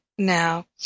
Now